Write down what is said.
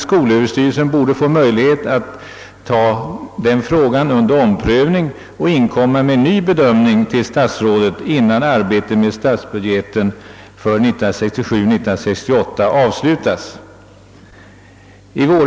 Skolöverstyrelsen borde kanske få möjlighet att ta denna fråga under omprövning och inkomma med en ny bedömning till statsrådet innan arbetet med statsbudgeten för 1967/68 avslutas.